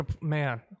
man